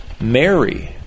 Mary